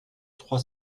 trois